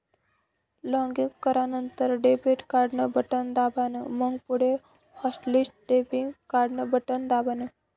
login करानंतर debit card न button दाबान, मंग पुढे हॉटलिस्ट डेबिट कार्डन बटन दाबान